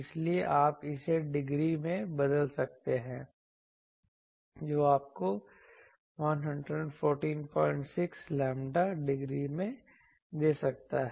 इसलिए आप इसे डिग्री में बदल सकते हैं जो आपको 1146 लैम्ब्डा डिग्री में दे सकता है